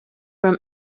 from